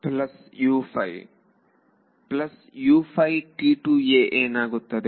ವಿದ್ಯಾರ್ಥಿ ಪ್ಲಸ್ ಇದು ಏನಾಗುತ್ತೆ